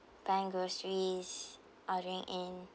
buying groceries ordering in